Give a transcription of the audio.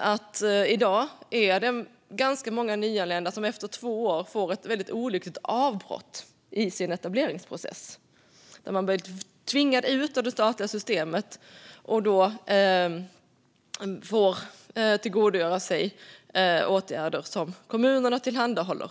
att det i dag är ganska många nyanlända som efter två år får ett väldigt olyckligt avbrott i sin etableringsprocess. De blir tvingade ut ur det statliga systemet och får tillgodogöra sig åtgärder som kommunerna tillhandahåller.